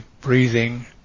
breathing